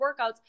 workouts